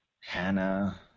Hannah